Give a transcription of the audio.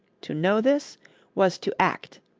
to know this was to act.